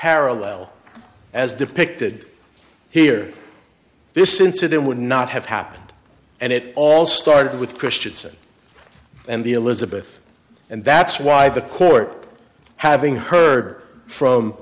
parallel as depicted here this incident would not have happened and it all started with christiansen and the elizabeth and that's why the court having heard from